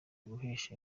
guhesha